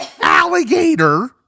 alligator